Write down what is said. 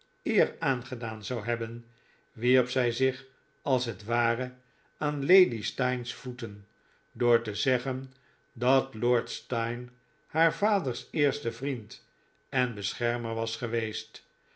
eer aan gedaan zou hebben wierp zij zich als het ware aan lady steyne's voeten door te zeggen dat lord steyne haar vaders eerste vriend en beschermer was geweest